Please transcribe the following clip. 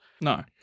No